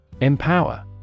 Empower